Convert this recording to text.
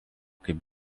kaip